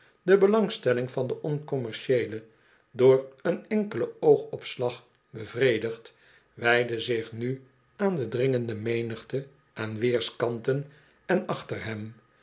de belangstelling van den oncommercieele door een enkelen oogopslag bevredigd wijdde zich nu aan de dringende menigte aan weerskanten en achter hem